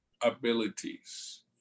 abilities